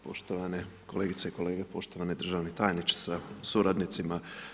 Poštovane kolegice i kolege, poštovani državni tajniče sa suradnicima.